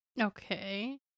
Okay